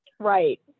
Right